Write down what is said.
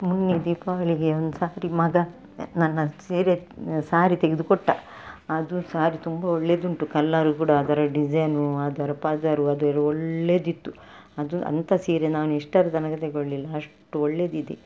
ಮೊನ್ನೆ ದೀಪಾವಳಿಗೆ ಒಂದು ಸಾರಿ ಮಗ ನನ್ನ ಸೀರೆ ಸಾರಿ ತೆಗೆದುಕೊಟ್ಟ ಅದು ಸಾರಿ ತುಂಬ ಒಳ್ಳೇದುಂಟು ಕಲರು ಕೂಡಾ ಅದರ ಡಿಝೈನು ಅದರ ಪದರ ಅದು ಒಳ್ಳೇದಿತ್ತು ಅದು ಅಂತ ಸೀರೆ ನಾನು ಇಷ್ಟರ ತನಕ ತಗೊಳ್ಳಿಲ್ಲ ಅಷ್ಟು ಒಳ್ಳೇದಿದೆ